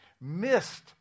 missed